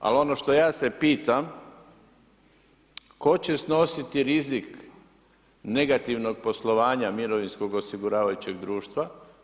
Ali ono što ja se pitam tko će snositi rizik negativnog poslovanja mirovinskog osiguravajućeg društva.